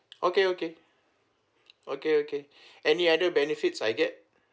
okay okay okay okay any other benefits I get